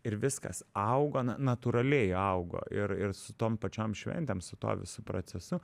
ir viskas augo natūraliai augo ir ir su tom pačiom šventėm su tuo visu procesu